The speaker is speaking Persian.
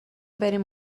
بریم